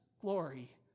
glory